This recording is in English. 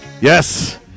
Yes